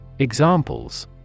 Examples